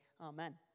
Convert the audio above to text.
Amen